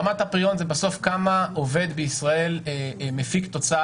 רמת הפריון בסוף זה כמה עובד בישראל מפיק תוצר.